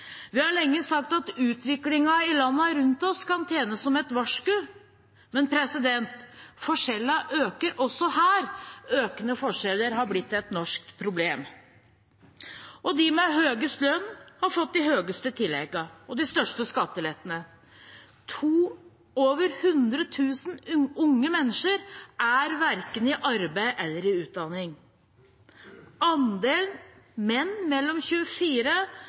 Vi har lenge sagt at utviklingen i landene rundt oss kan tjene som et varsku. Men forskjellene øker også her, økende forskjeller har blitt et norsk problem. Og de med høyest lønn har fått de høyeste tilleggene og de største skattelettene. Over 100 000 unge mennesker er verken i arbeid eller i utdanning. Andelen menn mellom 24